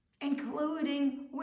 including